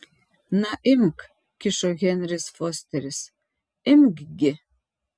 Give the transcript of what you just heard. na imk kišo henris fosteris imk gi